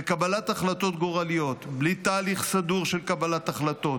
לקבלת החלטות גורליות בלי תהליך סדור של קבלת החלטות,